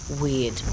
weird